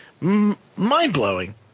mind-blowing